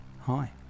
hi